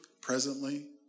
presently